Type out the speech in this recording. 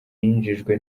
yinjijwe